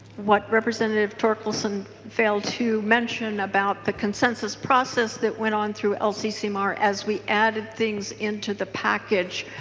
what representative torkelson failed to mention about the consensus process that went on through lccmr as we added things into the package.